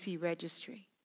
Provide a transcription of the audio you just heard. registry